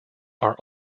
are